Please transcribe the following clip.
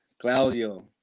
Claudio